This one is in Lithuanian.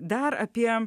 dar apie